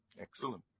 Excellent